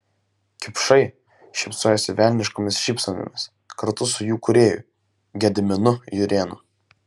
kipšai šypsojosi velniškomis šypsenomis kartu su jų kūrėju gediminu jurėnu